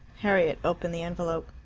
harriet opened the envelope.